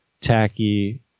tacky